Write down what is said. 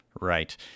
Right